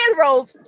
rolls